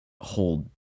hold